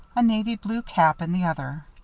a navy-blue cap in the other.